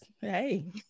hey